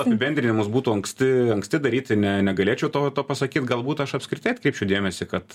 apibendrinimas būtų anksti anksti daryti ne negalėčiau to to pasakyt galbūt aš apskritai atkreipčiau dėmesį kad